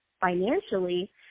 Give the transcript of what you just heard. financially